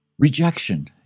Rejection